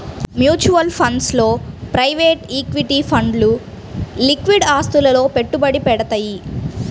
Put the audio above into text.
mutual funds లో private equity ఫండ్లు liquid ఆస్తులలో పెట్టుబడి పెడతయ్యి